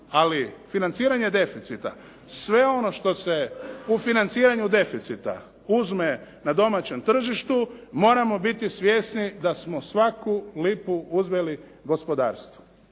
Ali financiranje deficita, sve ono što se u financiranju deficita uzme na domaćem tržištu moramo biti svjesni da smo svaku lipu uzeli gospodarstvu.